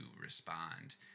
respond